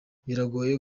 biragoye